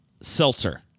seltzer